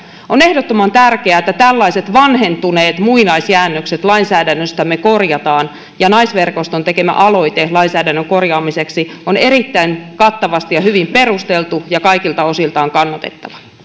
on ehdottoman tärkeää että tällaiset vanhentuneet muinaisjäännökset lainsäädännöstämme korjataan ja naisverkoston tekemä aloite lainsäädännön korjaamiseksi on erittäin kattavasti ja hyvin perusteltu ja kaikilta osiltaan kannatettava